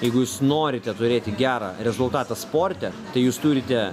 jeigu jūs norite turėti gerą rezultatą sporte tai jūs turite